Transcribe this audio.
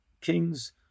kings